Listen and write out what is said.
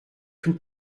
tout